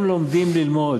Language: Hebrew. הם לומדים ללמוד.